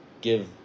give